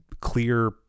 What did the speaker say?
clear